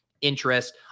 interest